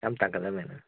ꯌꯥꯝ ꯇꯥꯡꯈꯠꯂꯝꯃꯦꯅꯦ